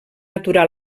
aturar